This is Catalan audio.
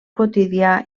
quotidià